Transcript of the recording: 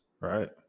Right